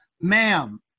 Ma'am